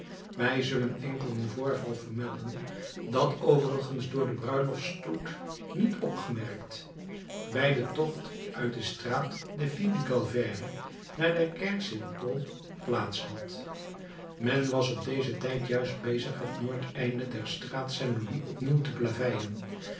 wij zullen enkel een voorval vermelden dat overigens door den bruiloftsstoet niet opgemerkt bij den tocht uit de straat des filles du calvaire naar de kerk st paul plaats had men was op dezen tijd juist bezig het noordeinde der straat saint louis opnieuw te plaveien